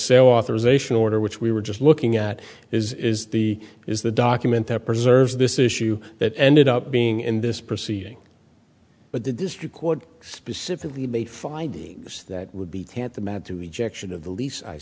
sale authorization order which we were just looking at is the is the document that preserves this issue that ended up being in this proceeding but the district court specifically made findings that would be t